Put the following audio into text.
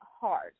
hard